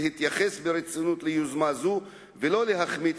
להתייחס ברצינות ליוזמה זאת ולא להחמיץ